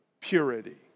purity